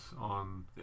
on